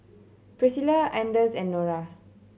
Priscila Anders and Norah